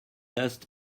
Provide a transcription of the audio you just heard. dust